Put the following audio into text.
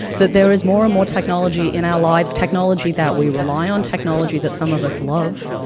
that there is more and more technology in our lives, technology that we rely on, technology that some of us love,